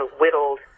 whittled